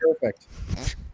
Perfect